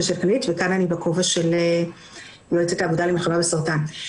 של הכללית וכאן אני בכובע של יועצת האגודה למלחמה בסרטן.